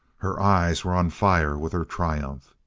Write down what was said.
her eyes were on fire with her triumph.